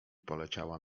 poleciała